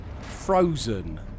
Frozen